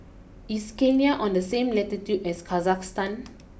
is Kenya on the same latitude as Kazakhstan